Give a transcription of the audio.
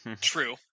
True